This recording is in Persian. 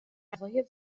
هوای